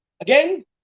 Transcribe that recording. again